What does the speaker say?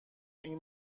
این